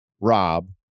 Rob